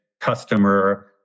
customer